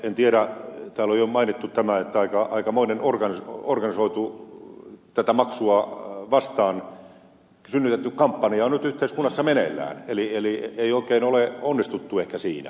en tiedä täällä on jo mainittu että aikamoinen organisoitu tätä maksua vastaan synnytetty kampanja on nyt yhteiskunnassa meneillään eli ei oikein ole onnistuttu ehkä siinä